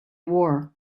war